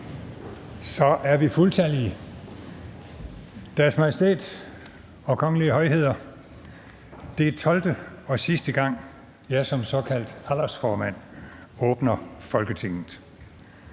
(Bertel Haarder): Deres Majestæt og Deres Kongelige Højheder. Det er 12. og sidste gang, at jeg som såkaldt aldersformand åbner Folketinget.